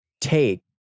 take